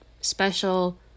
special